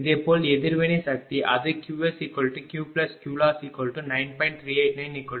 இதேபோல் எதிர்வினை சக்தி அது QsQQLoss9